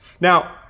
Now